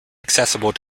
accessible